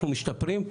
משתפרים,